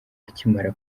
akimara